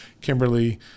kimberly